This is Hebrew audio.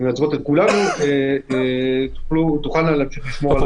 הן מייצגות את כולנו יוכלו להמשיך לשמור על